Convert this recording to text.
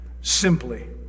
simply